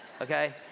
okay